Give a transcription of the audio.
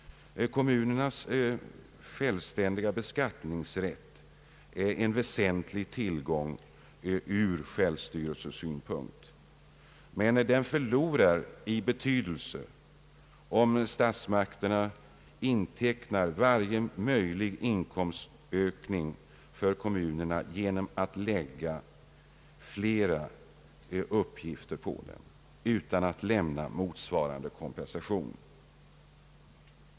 Kommunernas självständiga beskattningsrätt är en väsentlig tillgång ur självstyrelsesynpunkt, men den förlorar i betydelse om statsmakterna intecknar varje möjlig inkomstökning för kommunerna genom att lägga flera uppgifter på dem utan att lämna motsvarande kompensation.